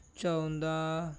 ਚਾਹੁੰਦਾ